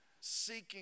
seeking